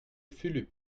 fulup